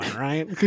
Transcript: right